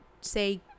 say